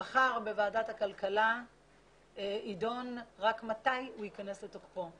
מחר בוועדת הכלכלה יידון רק מתי הוא ייכנס לתוקף.